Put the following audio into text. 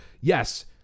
yes